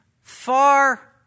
far